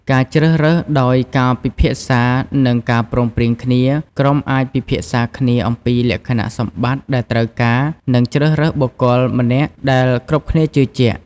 ការជ្រើសរើសដោយការពិភាក្សា និងការព្រមព្រៀងគ្នា ក្រុមអាចពិភាក្សាគ្នាអំពីលក្ខណៈសម្បត្តិដែលត្រូវការ និងជ្រើសរើសបុគ្គលម្នាក់ដែលគ្រប់គ្នាជឿជាក់។